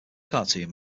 cartoon